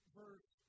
verse